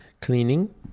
cleaning